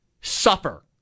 Suffer